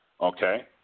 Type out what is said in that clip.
Okay